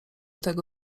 tego